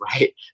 right